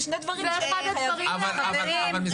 זה שני דברים שחייבים להעלות אותם.